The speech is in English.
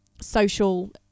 social